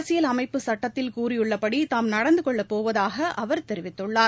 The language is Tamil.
அரசியல் அமைப்பு சட்டத்தில் கூறியுள்ளபடி தாம் நடந்த கொள்ளப் போவதாக அவர் தெரிவித்துள்ளார்